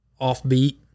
offbeat